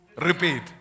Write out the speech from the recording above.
repeat